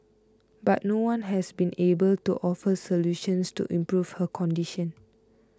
but no one has been able to offer solutions to improve her condition